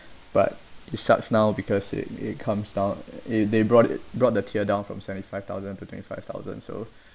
but it sucks now because it it comes down they brought it brought the tier down from seventy five thousand to twenty five thousand so